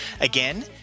Again